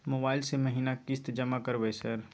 Mobile से महीना किस्त जमा करबै सर?